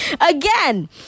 Again